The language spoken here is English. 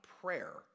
prayer